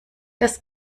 das